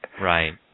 Right